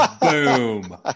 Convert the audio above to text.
Boom